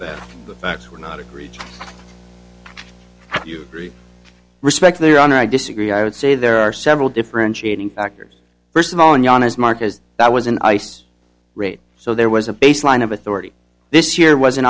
but the facts were not agreed do you agree respect their honor i disagree i would say there are several differentiating factors first of all and john is marked as that was an ice rate so there was a baseline of authority this year was an